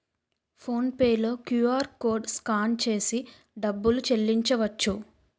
phone pay లో QR code scan చేసి డబ్బులు చెల్లించవచ్చు